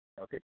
okay